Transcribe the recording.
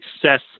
success